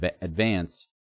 advanced